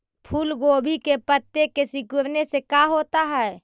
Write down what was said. फूल गोभी के पत्ते के सिकुड़ने से का होता है?